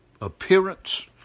appearance